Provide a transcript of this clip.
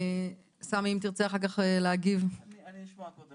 סמי, אם תרצה להגיב --- אני אשמע קודם.